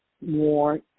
more